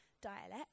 dialect